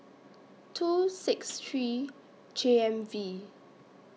two six three J M V